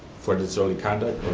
for disorderly conduct